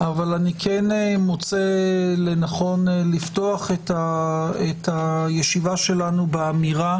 אבל אני כן מוצא לנכון לפתוח את הישיבה שלנו באמירה